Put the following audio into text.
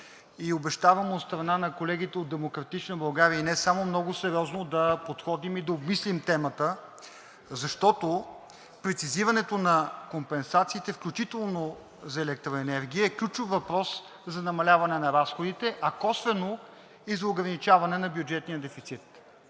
и обещавам от страна на колегите от „Демократична България“, и не само, много сериозно да подходим и обмислим темата, защото прецизирането на компенсациите, включително за електроенергия, е ключов въпрос за намаляване на разходите, а косвено и за ограничаване на бюджетния дефицит.